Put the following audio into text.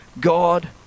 God